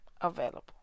available